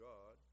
God